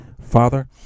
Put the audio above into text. father